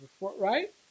right